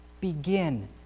begin